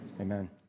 amen